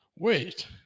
Wait